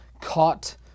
caught